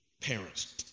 Parents